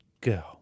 go